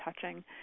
touching